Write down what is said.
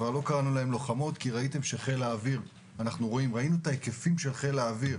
כבר לא קראנו להם לוחמות כי ראיתם שראינו את ההיקפים של חיל האוויר,